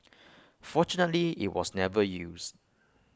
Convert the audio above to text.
fortunately IT was never used